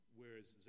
whereas